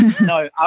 No